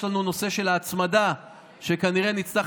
יש לנו את הנושא של ההצמדה שכנראה נצטרך